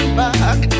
back